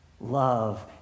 Love